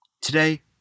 Today